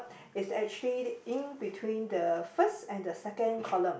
is actually in between the first and the second column